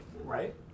right